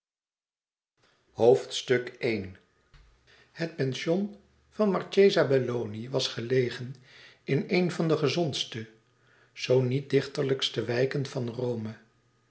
het pension van de marchesa belloni was gelegen in een van de gezondste zoo niet dichterlijkste wijken van rome